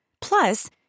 Plus